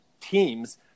teams